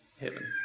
heaven